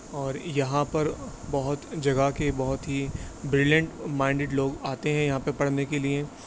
اور یہاں پر بہت جگہ کے بہت ہی بریلینٹ مائنڈیڈ لوگ آتے ہیں یہاں پر پڑھنے کے لیے